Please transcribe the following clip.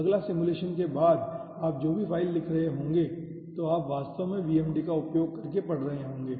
अगला सिमुलेशन के बाद आप जो भी फाइल लिख रहे होंगे तो आप वास्तव में VMD का उपयोग करके पढ़ रहे होंगे